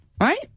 right